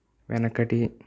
వెనకటి